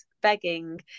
begging